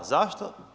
Zašto?